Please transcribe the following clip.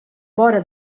vora